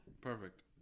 Perfect